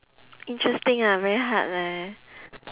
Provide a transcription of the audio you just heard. interesting ah very hard leh